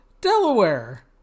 Delaware